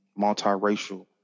multiracial